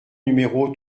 numéro